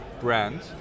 brand